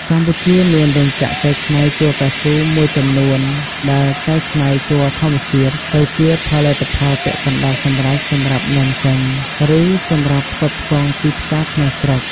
កម្ពុជាមានរោងចក្រកែច្នៃជ័រកៅស៊ូមួយចំនួន ដែលកែច្នៃជ័រធម្មជាតិទៅជាផលិតផលពាក់កណ្តាលសម្រេចសម្រាប់នាំចេញ ឬសម្រាប់ផ្គត់ផ្គង់ទីផ្សារក្នុងស្រុក។